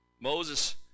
Moses